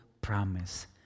promise